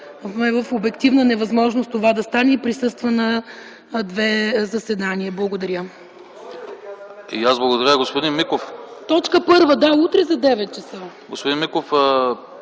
в обективна невъзможност това да стане. Той присъства на две заседания. Благодаря.